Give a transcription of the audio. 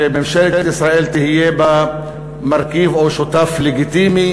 שממשלת ישראל תהיה בה מרכיב או שותף לגיטימי